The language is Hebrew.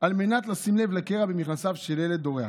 על מנת לשים לב לקרע במכנסיו של ילד אורח.